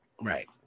Right